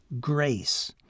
grace